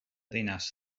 ddinas